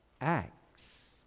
acts